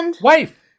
Wife